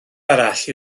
arall